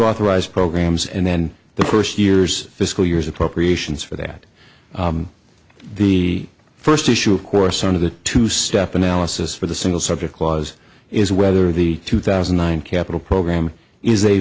authorized programs and then the first year's fiscal years appropriations for that the first issue of course one of the two step analysis for the single subject clause is whether the two thousand and nine capital program is a